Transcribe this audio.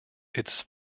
its